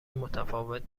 متفاوت